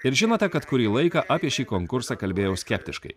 ir žinote kad kurį laiką apie šį konkursą kalbėjau skeptiškai